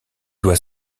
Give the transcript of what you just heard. doit